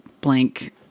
blank